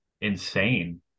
insane